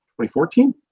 2014